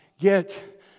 get